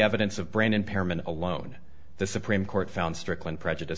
evidence of brain impairment alone the supreme court found stricklin prejudice